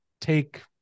take